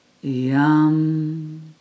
yum